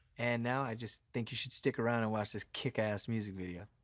and now, i just think you should stick around and watch this kickass music video.